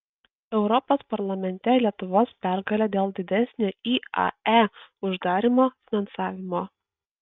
europos parlamente lietuvos pergalė dėl didesnio iae uždarymo finansavimo